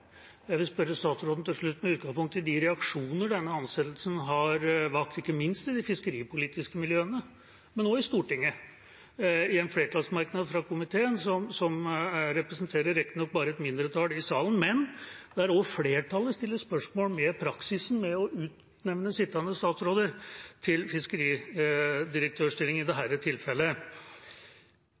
Jeg vil spørre statsråden til slutt, med utgangspunkt i de reaksjoner denne ansettelsen har vakt, ikke minst i de fiskeripolitiske miljøene, men også i Stortinget: I en flertallsmerknad fra komiteen, som riktignok bare representerer et mindretall i salen, stiller flertallet spørsmål ved praksisen med å utnevne sittende statsråder til embetsstillinger, i dette tilfellet